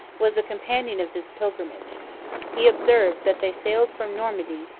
was a companion of this pilgrimage he observes that they sailed from normandy,